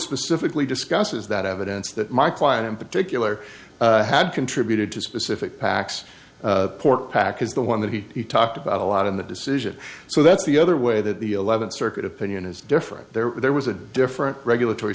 specifically discusses that evidence that my client in particular had contributed to specific packs port packers the one that he talked about a lot in the decision so that's the other way that the eleventh circuit opinion is different there there was a different regulatory